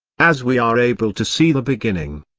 as we are able to see the beginning,